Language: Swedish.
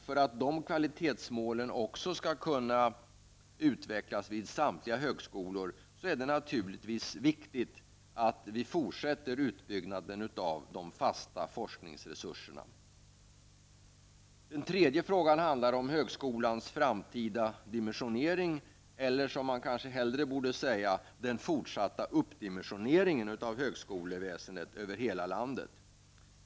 För att de kvalitetsmålen skall kunna utvecklas vid samtliga högskolor är det naturligtvis viktigt att vi fortsätter utbyggnaden av de fasta forskningsresurserna. Den tredje frågan handlar om högskolans framtida dimensionering eller -- som man kanske hellre borde säga -- den fortsatta uppdimensioneringen av högskoleväsendet över hela landet.